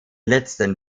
letzten